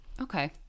Okay